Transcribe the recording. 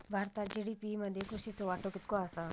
भारतात जी.डी.पी मध्ये कृषीचो वाटो कितको आसा?